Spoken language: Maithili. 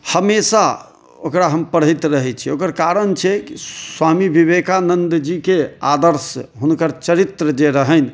हमेशा ओकरा हम पढ़ैत रहै छी ओकर कारण छै कि स्वामी विवेकानन्दजीके आदर्श हुनकर चरित्र जे रहनि